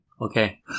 Okay